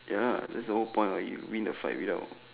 ya that's whole point what you win the fight without